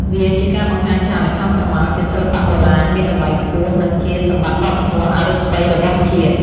វាជាការបង្ហាញថា ល្ខោនស្រមោលជាសិល្បៈបុរាណមានតម្លៃខ្ពស់ និងជាសម្បត្តិវប្បធម៌អរូបីរបស់ជាតិ។